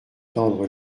tendre